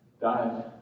died